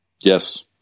Yes